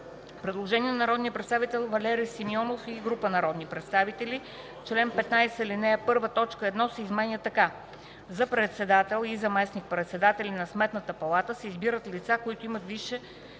Предложение на народния представител Валери Симеонов и група народни представители: „Чл. 15, ал. 1, т. 1 се изменя така: „за председател и заместник- председатели на Сметната палата се избират лица, които имат висше